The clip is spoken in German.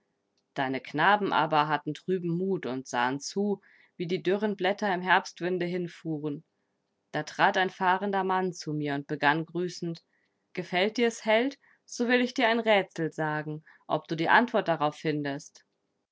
deine knaben aber hatten trüben mut und sahen zu wie die dürren blätter im herbstwinde hinfuhren da trat ein fahrender mann zu mir und begann grüßend gefällt dir's held so will ich dir ein rätsel sagen ob du die antwort darauf findest